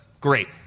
great